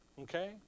Okay